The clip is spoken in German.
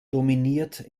dominiert